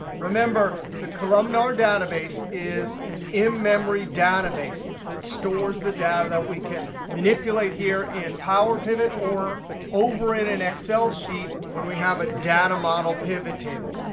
remember the columnar database is an in-memory database that stores the data that we can manipulate here in power pivot or over in an excel sheet when we have a data model pivot table.